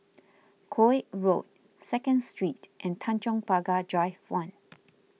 Koek Road Second Street and Tanjong Pagar Drive one